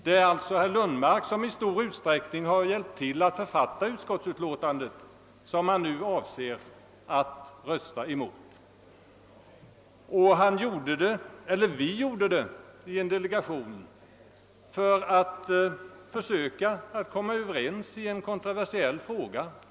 Det är alltså herr Lundmark som i stor utsträckning har hjälpt till att författa det utskottsutlåtande som han nu avser att rösta emot. Han gjorde det — eller vi gjorde det — i en delegation för att försöka komma överens i en kontroversiell fråga.